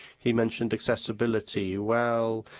he mentioned accessibility. well,